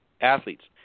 athletes